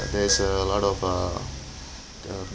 there is uh a lot of uh the